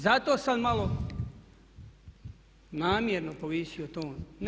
Zato sam malo namjerno povisio ton.